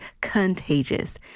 contagious